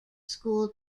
school